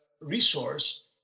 resource